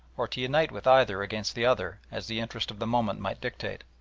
or to unite with either against the other as the interest of the moment might dictate.